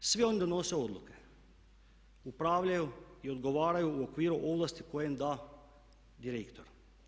Svi oni donose odluke, upravljaju i odgovaraju u okviru ovlasti koje im da direktor.